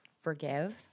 forgive